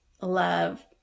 love